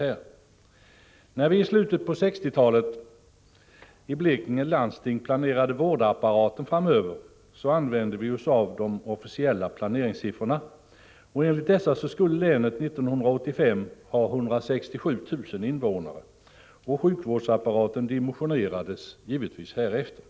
När viislutet av 1960-talet i Blekinge läns landsting planerade vårdapparaten framöver, så använde vi oss av officiella planeringssiffor. Enligt dessa skulle länet 1985 ha 167 000 invånare, och sjukvårdsapparaten dimensionerades givetvis härefter.